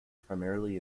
primarily